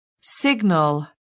signal